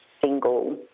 single